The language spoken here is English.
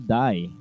die